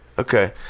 Okay